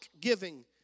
giving